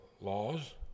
laws